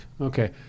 Okay